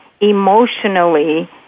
emotionally